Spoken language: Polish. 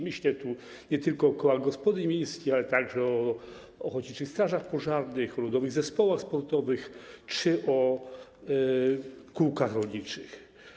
Myślę tu nie tylko o kołach gospodyń wiejskich, ale także o ochotniczych strażach pożarnych, o ludowych zespołach sportowych czy o kółkach rolniczych.